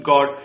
God